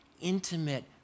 intimate